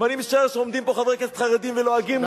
ואני משער שעומדים פה חברי כנסת חרדים ולועגים לי,